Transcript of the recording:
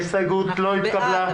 ההסתייגות לא נתקבלה.